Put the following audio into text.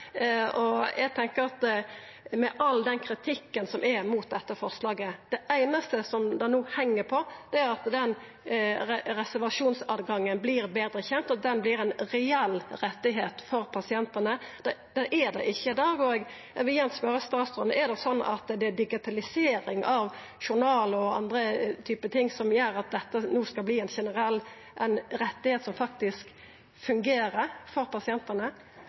Eg tenkjer at med all kritikken som er komen mot dette forslaget – det einaste det no heng på, er at den reservasjonsmoglegheita vert betre kjend, at det vert ein reell rett for pasientane. Det er det ikkje i dag, og eg vil igjen spørja statsråden: Er det slik at det er digitalisering av journalar som gjer at dette no skal verta ein generell rett som faktisk fungerer for pasientane?